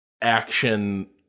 action